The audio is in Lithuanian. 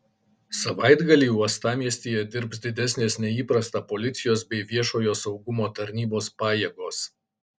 savaitgalį uostamiestyje dirbs didesnės nei įprasta policijos bei viešojo saugumo tarnybos pajėgos